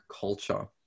culture